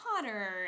Potter